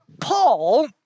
Paul